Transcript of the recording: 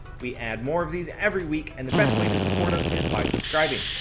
we add more of these every week and the best way to support us is by subscribing.